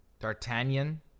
D'Artagnan